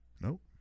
Nope